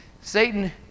Satan